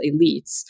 elites